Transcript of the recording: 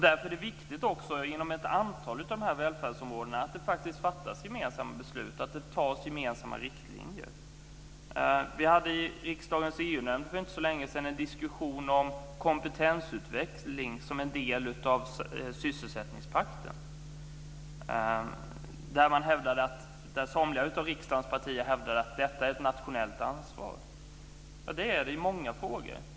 Därför är det också viktigt att det faktiskt fattas gemensamma beslut och antas gemensamma riktlinjer på ett antal av de här välfärdsområdena. Vi förde i riksdagens EU-nämnd för inte så länge sedan en diskussion om kompetensutveckling som en del av sysselsättningspakten. Somliga av riksdagens partier hävdade att det är ett nationellt ansvar. Ja, det är det i många frågor.